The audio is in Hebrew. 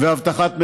ואבטחת מידע.